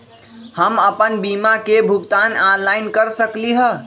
हम अपन बीमा के भुगतान ऑनलाइन कर सकली ह?